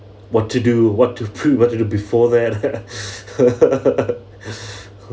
what to do what to prove what to do before that